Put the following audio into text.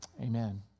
amen